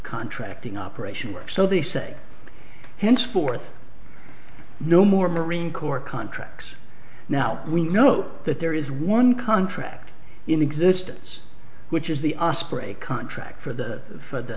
contracting operation works so they say henceforth no more marine corps contracts now we know that there is one contract in existence which is the us pray contract for the us for